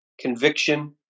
Conviction